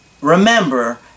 remember